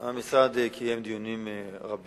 1. המשרד קיים דיונים רבים,